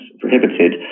prohibited